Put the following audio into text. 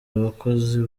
abakozi